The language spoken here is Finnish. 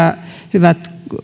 hyvät